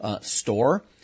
store